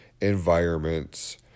environments